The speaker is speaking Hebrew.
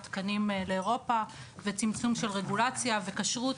התקנים לאירופה וצמצום של רגולציה וכשרות.